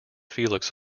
felix